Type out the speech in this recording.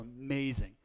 amazing